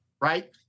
right